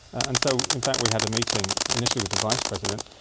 and so in fact we had a meeting initially with the vice-president,